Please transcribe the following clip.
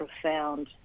profound